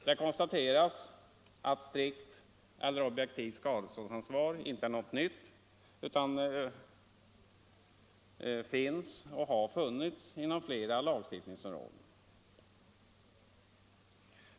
Det konstateras att strikt eller objektivt skadeståndsansvar inte är något nytt utan finns och har funnits inom flera lagstiftningsområden.